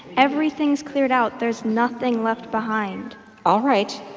everything's cleared out. there's nothing left behind all right.